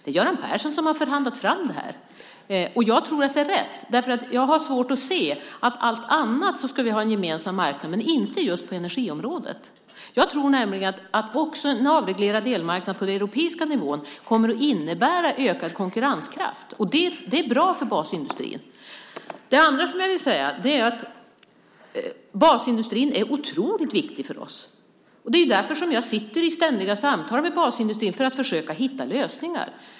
Det var Göran Persson som förhandlade fram detta. Jag tror att det är rätt, eftersom jag har svårt att se varför vi skulle ha en gemensam marknad på alla områden utom just på energiområdet. Jag tror nämligen att en avreglerad elmarknad på den europeiska nivån kommer att innebära ökad konkurrenskraft, och det är bra för basindustrin. Det andra jag vill säga är att basindustrin är otroligt viktig för oss. Det är ju därför jag sitter i ständiga samtal med basindustrins företrädare för att försöka hitta lösningar.